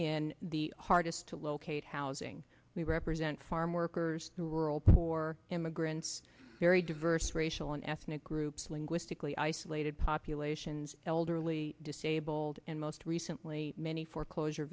in the hardest to locate housing we represent farm workers rural poor immigrants very diverse racial and ethnic groups linguistically isolated populations elderly disabled and most recently many foreclosure